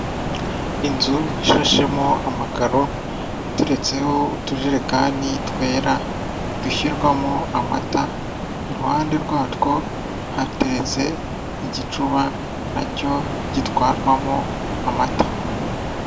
Inzu ishashemo amakaro atutseho utujerekani twera dushyirwamo amata iruhande rwatwo hateretse igicuba nacyo gitwarwamo amata.